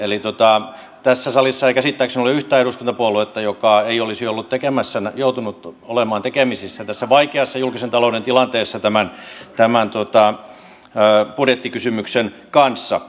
eli tässä salissa ei käsittääkseni ole yhtään eduskuntapuoluetta joka ei olisi ollut tekemässä joutunut olemaan tekemisissä tässä vaikeassa julkisen talouden tilanteessa tämän budjettikysymyksen kanssa